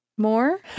more